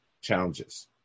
challenges